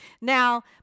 Now